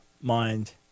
mind